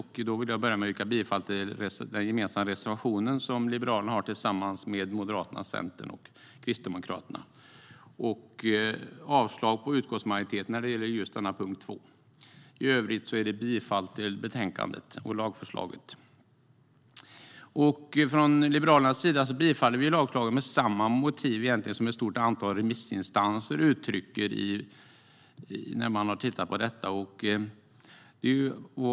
Jag vill börja med att yrka bifall till den gemensamma reservation som Liberalerna har tillsammans med Moderaterna, Centern och Kristdemokraterna och avslag på utskottsmajoritetens förslag när det gäller just denna punkt, nr 2. I övrigt yrkar jag bifall till utskottets förslag och lagförslaget. Från Liberalernas sida tillstyrker vi lagförslaget med egentligen samma motiv som ett stort antal remissinstanser uttrycker när de har tittat på detta.